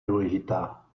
důležitá